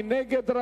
מי נגד?